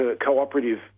cooperative